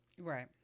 Right